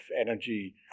energy